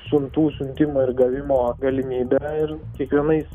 siuntų siuntimo ir gavimo galimybę ir kiekvienais